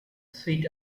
sweet